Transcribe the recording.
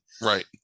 right